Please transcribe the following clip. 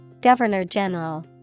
Governor-General